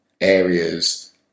areas